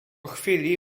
chwili